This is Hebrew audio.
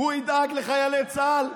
הוא ידאג לחיילי צה"ל?